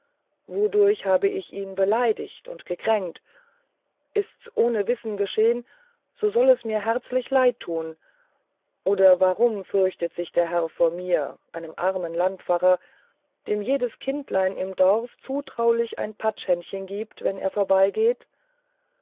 wodurch habe ich ihn beleidigt und gekränkt ist's ohne wissen geschehen so soll es mir herzlich leid tun oder warum fürchtet sich der herr vor mir einem armen alten landpfarrer dem jedes kindlein im dorf zutraulich ein patschhändchen gibt wenn er vorbeigeht